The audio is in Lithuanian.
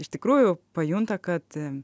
iš tikrųjų pajunta kad